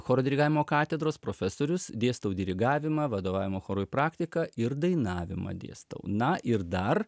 choro dirigavimo katedros profesorius dėstau dirigavimą vadovavimo chorui praktiką ir dainavimą dėstau na ir dar